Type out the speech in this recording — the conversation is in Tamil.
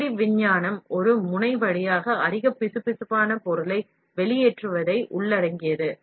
அடிப்படை விஞ்ஞானம் ஒரு முனை வழியாக அதிக பிசுபிசுப்பான பொருளை வெளியேற்றுவதை உள்ளடக்கியது